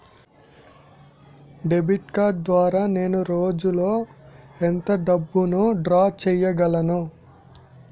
Debit card ద్వారా నేను రోజు లో ఎంత డబ్బును డ్రా చేయగలను?